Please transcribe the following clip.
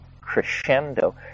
crescendo